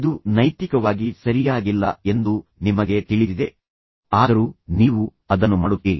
ಇದು ನೈತಿಕವಾಗಿ ಸರಿಯಾಗಿಲ್ಲ ಎಂದು ನಿಮಗೆ ತಿಳಿದಿದೆ ಆದರೂ ನೀವು ಅದನ್ನು ಮಾಡುತ್ತೀರಿ